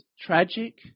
tragic